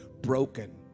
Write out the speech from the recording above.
broken